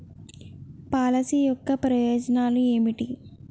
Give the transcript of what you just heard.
Policy యొక్క ప్రయోజనాలు ఏమిటి?